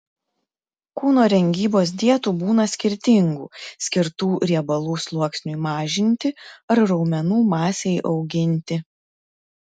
kūno rengybos dietų būna skirtingų skirtų riebalų sluoksniui mažinti ar raumenų masei auginti